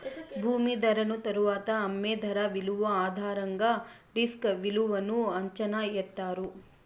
భూమి ధరను తరువాత అమ్మే ధర విలువ ఆధారంగా రిస్క్ విలువను అంచనా ఎత్తారు